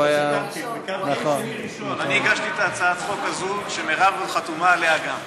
מכיוון שלא נומקה ההצעה שהוצמדת אליה אתה לא יכול להצמיד.